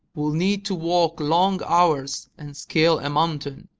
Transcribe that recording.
we'll need to walk long hours and scale a mountain.